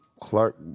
Clark